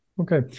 Okay